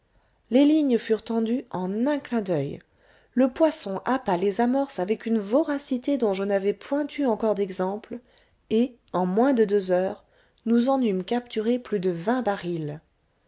les lignes furent tendues en un clin d'oeil le poisson happa les amorces avec une voracité dont je n'avais point eu encore d'exemple et en moins de deux heures nous en eûmes capturé plus de vingt barils